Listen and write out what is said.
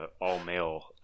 all-male